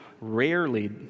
rarely